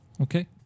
Okay